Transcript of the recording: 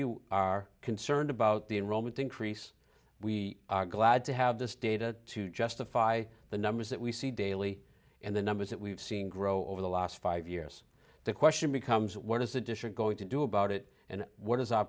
you are concerned about the enrollment increase we are glad to have this data to justify the numbers that we see daily and the numbers that we've seen grow over the last five years the question becomes what is the district going to do about it and what is our